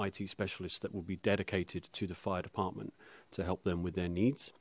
it specialist that will be dedicated to the fire department to help them with their needs